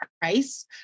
price